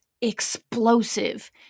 explosive